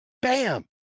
Bam